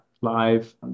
live